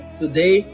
today